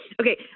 Okay